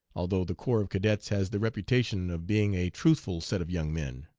although the corps of cadets has the reputation of being a truthful set of young men.